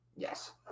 Yes